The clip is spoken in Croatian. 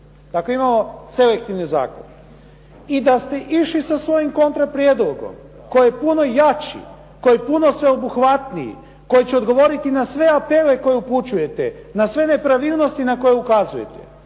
dakle imamo selektivne zakone. I da ste išli sa svojim kontra prijedlogom koji je puno jači, koji je puno sveobuhvatniji, koji će odgovoriti na sve apele koje upućujete, na sve nepravilnosti koje ukazujete.